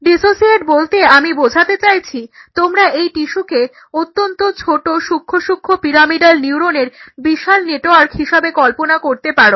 dissociate বলতে আমি বোঝাতে চাইছি তোমরা এই টিস্যুকে অত্যন্ত ছোটো সুক্ষ সুক্ষ পিরামিডাল নিউরনের বিশাল নেটওয়ার্ক হিসেবে কল্পনা করতে পারো